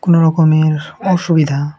কোনো রকমের অসুবিধা